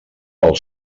pel